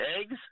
eggs